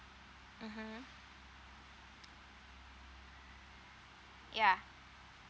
mmhmm yeah